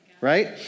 right